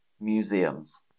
museums